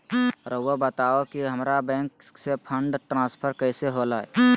राउआ बताओ कि हामारा बैंक से फंड ट्रांसफर कैसे होला?